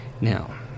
Now